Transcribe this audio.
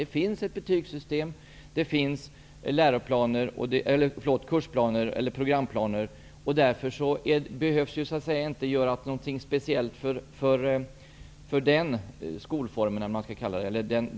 Det finns ett betygssystem och kursplaner eller programplaner, och därför behövs det inte göras något speciellt för den typen av gymnasieskola.